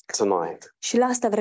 tonight